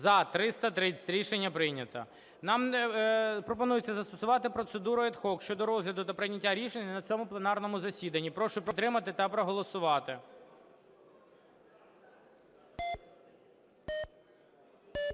За-330 Рішення прийнято. Нам пропонується застосувати процедуру ad hoc щодо розгляду та прийняття рішення на цьому пленарному засіданні. Прошу підтримати та проголосувати.